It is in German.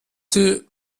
sie